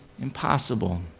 impossible